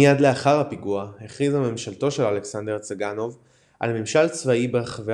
מיד לאחר הפיגוע הכריזה ממשלתו של אלכסנדר צאנקוב על ממשל צבאי ברחבי